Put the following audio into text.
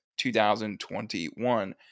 2021